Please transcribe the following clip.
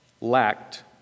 lacked